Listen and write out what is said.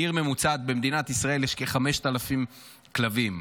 בעיר ממוצעת במדינת ישראל יש כ-5,000 כלבים.